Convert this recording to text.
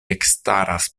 ekstaras